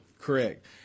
correct